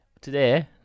Today